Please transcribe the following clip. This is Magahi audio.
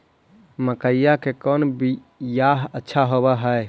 मकईया के कौन बियाह अच्छा होव है?